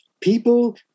people